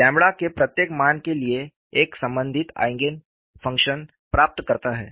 ƛ के प्रत्येक मान के लिए एक संबंधित आईगेन फंक्शन प्राप्त करता है